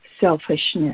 selfishness